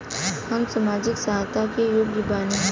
हम सामाजिक सहायता के योग्य बानी?